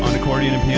um accordion yeah